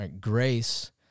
Grace